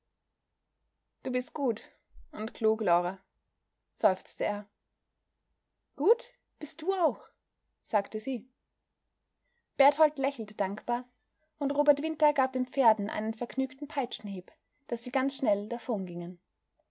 du bist gut und klug lore seufzte er gut bist du auch sagte sie berthold lächelte dankbar und robert winter gab den pferden einen vergnügten peitschenhieb daß sie ganz schnell